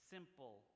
Simple